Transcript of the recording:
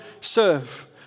serve